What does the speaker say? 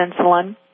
insulin